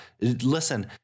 Listen